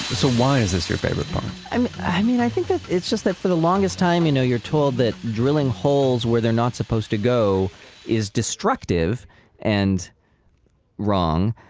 so, why is this your favorite part? i mean, i think that it's just that for the longest time you know, you're told that drilling holes where they're not supposed to go is destructive and wrong.